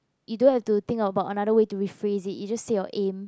you don't have to think about another way to rephrase it you just say your aim